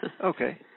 Okay